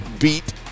beat